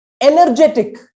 energetic